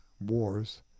wars